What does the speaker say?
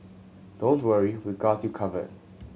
don't worry we've got you covered